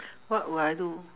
what would I do